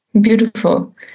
Beautiful